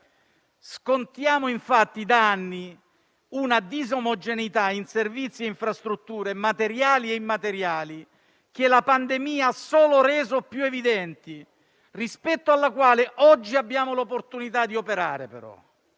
Scontiamo infatti da anni una disomogeneità in servizi e infrastrutture materiali e immateriali che la pandemia ha solo reso più evidenti, rispetto alla quale, tuttavia, oggi abbiamo l'opportunità di operare. Per